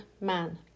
man